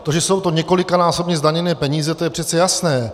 To, že jsou to několikanásobně zdaněné peníze, to je přece jasné.